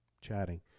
chatting